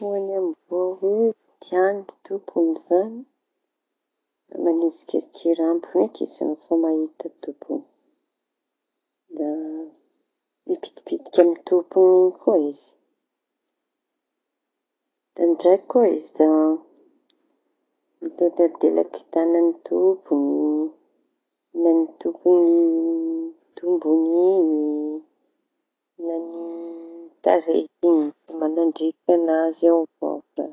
Fanehon'ny amboa hoe tiañy tompoñy zañy da mañetsiketsiky rambo eky izy no fa mahita tompoñy. Da mipitipitiky amy tompoñy iñy koa izy. Da ndraiky koa izy da mileladelaky tañany tompoñy na ny tomb- tongoñy iñy na ny tarehiñy zay manadrify an'azy eo avao.